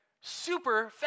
super